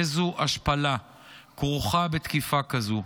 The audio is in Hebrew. איזו השפלה כרוכה בתקיפה כזאת,